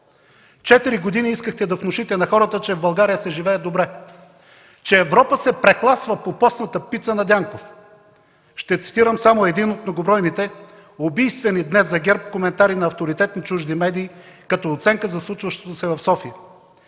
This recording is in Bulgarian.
Четири години искахте да внушите на хората, че в България се живее добре; че Европа се прехласва по постната пица на Дянков. Ще цитирам само един от многобройните убийствени за ГЕРБ коментари от авторитетни чужди медии, като оценка за случващото се в София: